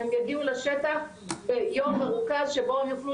הם יגיעו לשטח ליום מרוכז שבו הם יוכלו